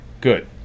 Good